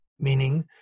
Meaning